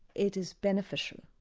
it is beneficial.